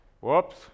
Whoops